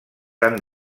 van